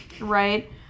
Right